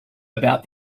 about